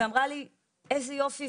אמרה לי איזה יופי,